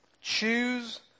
choose